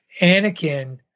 Anakin